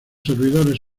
servidores